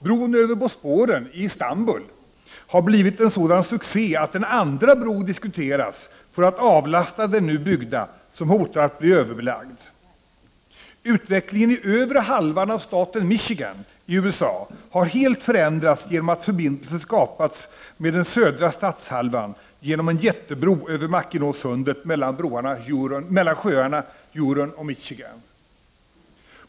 Bron över Bosporen i Istanbul har blivit en sådan succé att en andra bro diskuteras för att avlasta den nu byggda, som hotar att bli överbelagd. Utvecklingen i övre halvan av staten Michigan i USA har helt förändrats genom att förbindelse skapats med den södra statshalvan med en jättebro över Mackinawsundet mellan sjöarna Huron och Michigan.